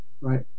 right